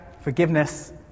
forgiveness